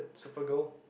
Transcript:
Supergirl